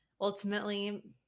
Ultimately